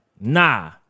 nah